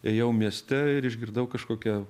ėjau mieste ir išgirdau kažkokią